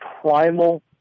primal